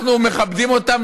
אנחנו מכבדים אותם,